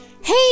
Hey